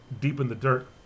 deep-in-the-dirt